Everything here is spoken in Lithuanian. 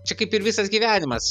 čia kaip ir visas gyvenimas